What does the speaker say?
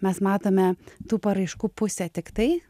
mes matome tų paraiškų pusę tiktai